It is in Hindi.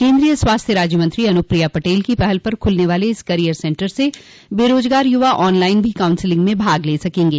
केन्द्रीय स्वास्थ्य राज्य मंत्री अनुप्रिया पटेल की पहल पर खुलने वाले इस कैरियर सेंटर से बेरोजगार यवा ऑन लाइन भी काउंसिलिंग में भाग ले सकेंगे